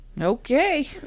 Okay